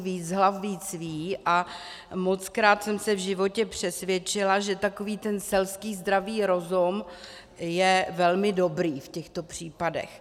Víc hlav víc ví a mockrát jsem se v životě přesvědčila, že takový ten selský zdravý rozum je velmi dobrý v těchto případech.